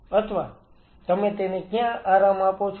અથવા તમે તેને ક્યાં આરામ આપો છો